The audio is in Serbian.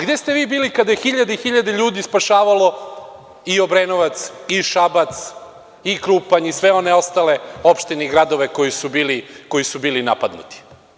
Gde ste vi bili kada je hiljade i hiljade ljudi spašavalo i Obrenovac i Šabac i Krupanj i sve one ostale opštine i gradove koji su bili napadnuti?